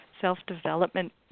self-development